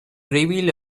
reveal